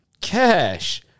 Cash